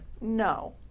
No